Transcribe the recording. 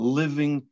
living